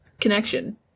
connection